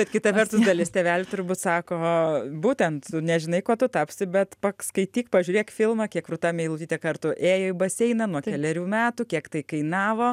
bet kita vertus dalis tėvelių turbūt sako būtent nežinai kuo tu tapsi bet pakskaityk pažiūrėk filmą kiek rūta meilutytė kartų ėjo į baseiną nuo kelerių metų kiek tai kainavo